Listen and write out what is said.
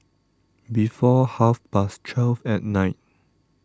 before half past twelve at night